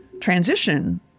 transition